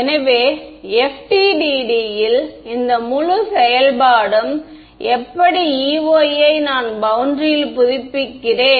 எனவே FDTD யில் இந்த முழு செயல்பாடும் எப்படி Ey ஐ நான் பௌண்டரியில் புதுப்பிக்கிறேன்